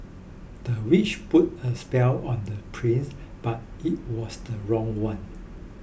the witch put a spell on the prince but it was the wrong one